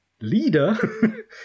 leader